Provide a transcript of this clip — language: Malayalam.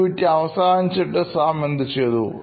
ആക്ടിവിറ്റി അവസാനിച്ചിട്ട് സാം എന്തു ചെയ്തു